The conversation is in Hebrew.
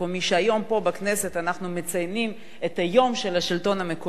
והיום אנחנו מציינים פה בכנסת את יום השלטון המקומי,